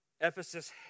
Ephesus